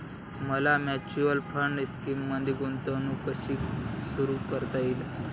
मला mutual fund स्कीममध्ये गुंतवणूक कशी सुरू करता येईल?